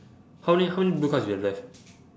how many how many blue cards you have left